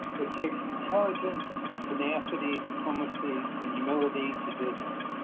it takes intelligence, tenacity, diplomacy, and humility to do this.